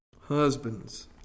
Husbands